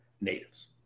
natives